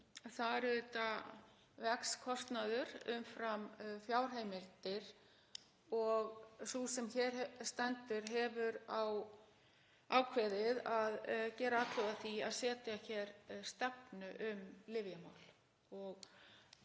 vex auðvitað kostnaður umfram fjárheimildir og sú sem hér stendur hefur ákveðið að gera atlögu að því að setja hér stefnu um lyfjamál,